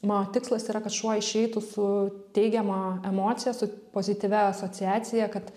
mano tikslas yra kad šuo išeitų su teigiama emocija su pozityvia asociacija kad